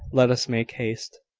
let us make haste.